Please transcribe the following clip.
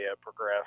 progress